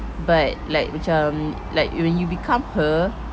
but like macam like when you become her